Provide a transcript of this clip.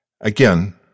Again